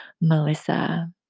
Melissa